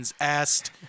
asked